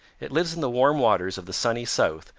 it lives in the warm waters of the sunny south,